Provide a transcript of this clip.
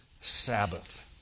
Sabbath